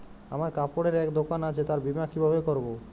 আমার কাপড়ের এক দোকান আছে তার বীমা কিভাবে করবো?